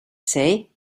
say